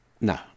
No